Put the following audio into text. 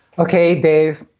okay, dave.